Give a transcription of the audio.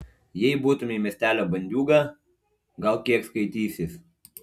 jeigu būtumei miestelio bandiūga gal kiek skaitysis